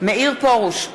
מאיר פרוש, נגד